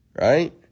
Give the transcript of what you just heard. Right